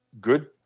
good